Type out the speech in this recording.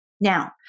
now